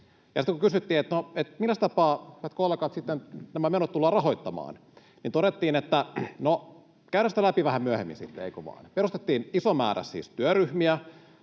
Sitten kun kysyttiin, no, milläs tapaa, hyvät kollegat, nämä menot tullaan sitten rahoittamaan, niin todettiin, että no, käydään sitä läpi vähän myöhemmin sitten, eikö vaan. Perustettiin siis iso määrä työryhmiä,